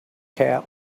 cap